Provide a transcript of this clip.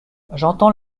j’entends